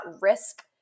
risk